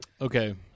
Okay